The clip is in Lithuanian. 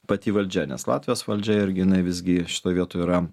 pati valdžia nes latvijos valdžia irgi jinai visgi šitoj vietoj yra